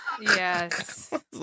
Yes